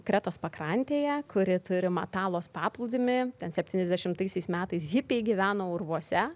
kretos pakrantėje kuri turi matalos paplūdimį ten septyniasdešimtaisiais metais hipiai gyveno urvuose